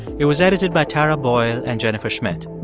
it was edited by tara boyle and jennifer schmidt.